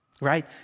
Right